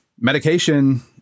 medication